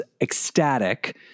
ecstatic